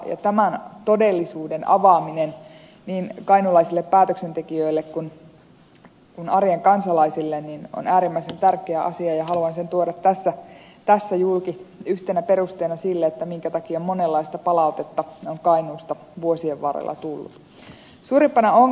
tämän todellisuuden avaaminen niin kainuulaisille päätöksentekijöille kuin arjen kansalaisille on äärimmäisen tärkeä asia ja haluan sen tuoda tässä julki yhtenä perusteena sille minkä takia monenlaista palautetta on kainuusta vuosien varrella tullut